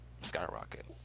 skyrocket